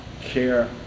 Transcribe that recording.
care